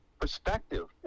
perspective